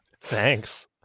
Thanks